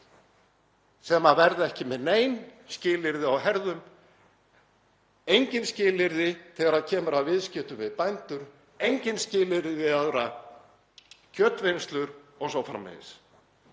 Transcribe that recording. sem verða ekki með nein skilyrði á herðum, engin skilyrði þegar kemur að viðskiptum við bændur, engin skilyrði við aðrar kjötvinnslur o.s.frv. Hefði